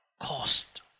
cost